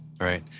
right